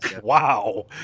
Wow